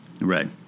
Right